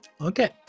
okay